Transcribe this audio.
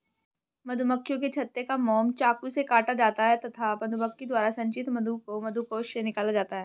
मधुमक्खियों के छत्ते का मोम चाकू से काटा जाता है तथा मधुमक्खी द्वारा संचित मधु को मधुकोश से निकाला जाता है